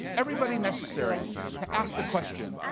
everybody necessary to ask the question,